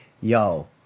yo